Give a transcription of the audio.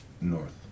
north